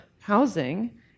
housing